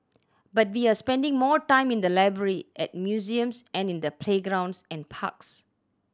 but we are spending more time in the library at museums and in the playgrounds and parks